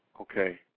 Okay